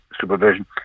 supervision